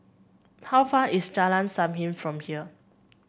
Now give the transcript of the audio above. how far is Jalan Sam Heng from here